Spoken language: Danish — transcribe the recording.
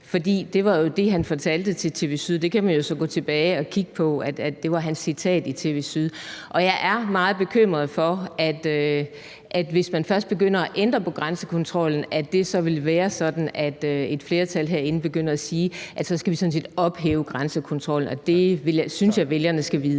Det var jo det, han fortalte til TV Syd, og man kan gå tilbage og høre igen, at det var hans citat på TV Syd. Jeg er meget bekymret for, at det, hvis man først begynder at ændre på grænsekontrollen, vil være sådan, at et flertal herinde begynder at sige, at så skal vi sådan set ophæve grænsekontrollen, og det synes jeg vælgerne skal vide.